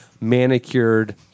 manicured